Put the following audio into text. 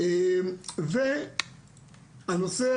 והנושא